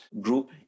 Group